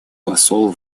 посол